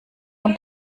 und